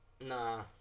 Nah